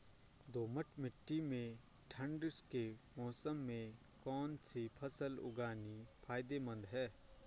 दोमट्ट मिट्टी में ठंड के मौसम में कौन सी फसल उगानी फायदेमंद है?